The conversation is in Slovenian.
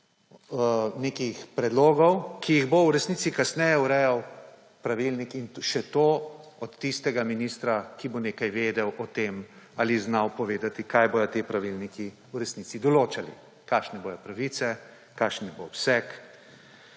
nekih predlogov, ki jih bo v resnici kasneje urejal pravilnik, in še to od tistega ministra, ki bo nekaj vedel o tem ali znal povedati, kaj bodo te pravilniki v resnici določali, kakšne bodo pravice, kakšen bo obseg.